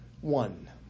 one